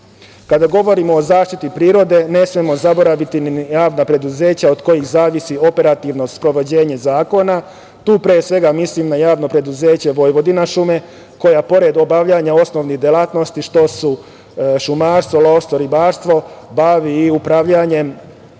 govorimo o zaštiti prirode, ne smemo zaboraviti ni javna preduzeća od kojih zavisi operativno sprovođenje zakona. Tu pre svega mislim na JP „Vojvodina šume“ koje pored obavljanja osnovnih delatnosti kao što su šumarstvo, lovstvo i ribarstvo, bavi se i upravljanjem